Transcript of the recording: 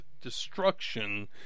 destruction